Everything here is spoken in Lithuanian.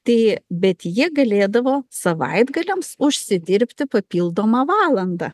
tai bet jie galėdavo savaitgaliams užsidirbti papildomą valandą